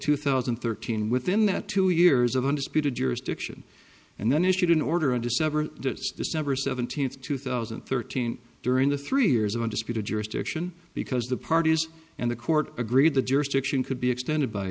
two thousand and thirteen within that two years of undisputed jurisdiction and then issued an order in december december seventeenth two thousand and thirteen during the three years of undisputed jurisdiction because the parties and the court agreed the jurisdiction could be extended by